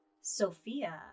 Sophia